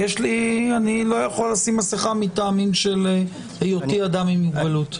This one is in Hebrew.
אני לא יכול לשים מסכה מטעמים של היותי אדם עם מוגבלות?